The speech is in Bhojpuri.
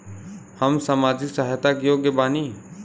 हम सामाजिक सहायता के योग्य बानी?